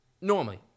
Normally